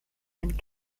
and